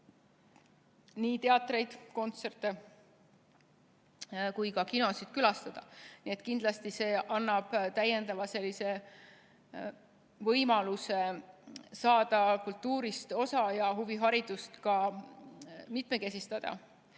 nii teatreid, kontserte kui kinosid külastada. Kindlasti see annaks täiendava võimaluse kultuurist osa saada ja huviharidust mitmekesistada.